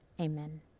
amen